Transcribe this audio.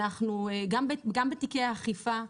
גם בתיקי האכיפה,